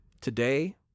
Today